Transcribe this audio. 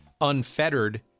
unfettered